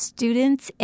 Students